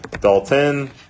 Dalton